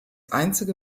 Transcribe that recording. einzige